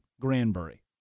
Granbury